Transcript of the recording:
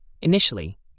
Initially